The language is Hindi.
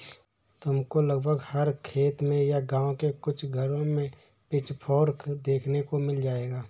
तुमको लगभग हर खेत में या गाँव के कुछ घरों में पिचफोर्क देखने को मिल जाएगा